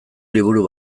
liburu